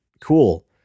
cool